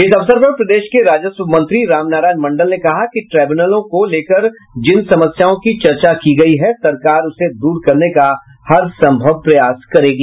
इस अवसर पर प्रदेश के राजस्व मंत्री राम नारायण मंडल ने कहा कि ट्रिब्यूनलों को लेकर जिन समस्याओं की चर्चा की गयी है सरकार उसे दूर करने का हर संभव प्रयास करेगी